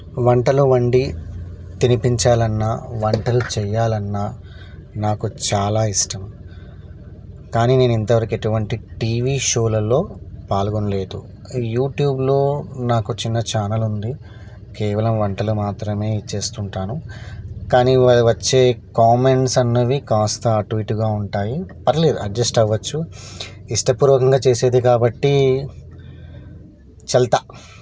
వంటలు వండి తినిపించాలన్నా వంటలు చెయ్యాలన్నా నాకు చాలా ఇష్టం కానీ నేను ఇంత వరకు ఎటువంటి టీవీ షోలల్లో పాల్గొనలేదు యూట్యూబ్లో నాకు చిన్న ఛానల్ ఉంది కేవలం వంటలు మాత్రమే చేస్తుంటాను కానీ వచ్చే కామెంట్స్ అన్నవి కాస్త అటు ఇటుగా ఉంటాయి పర్లేదు అడ్జస్ట్ అవ్వచ్చు ఇష్టపూర్వకంగా చేసేది కాబట్టి చల్తా